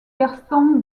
gaston